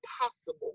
possible